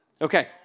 Okay